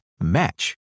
match